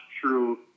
true